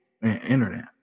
internet